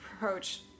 approach